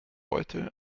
heute